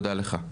תודה לך.